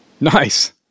Nice